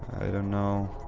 i don't know.